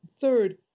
Third